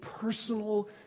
personal